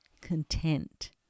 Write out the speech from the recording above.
content